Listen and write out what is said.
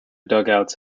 dugouts